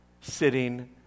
sitting